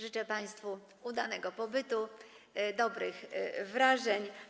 Życzę państwu udanego pobytu, dobrych wrażeń.